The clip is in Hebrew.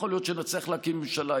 יכול להיות שנצליח להקים ממשלה,